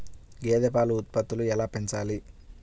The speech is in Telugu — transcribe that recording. గేదె పాల ఉత్పత్తులు ఎలా పెంచాలి?